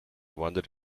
wondered